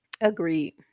Agreed